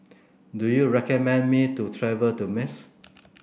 do you recommend me to travel to Minsk